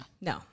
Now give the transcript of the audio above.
No